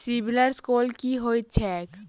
CIBIL score की होइत छैक?